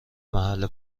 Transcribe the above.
محل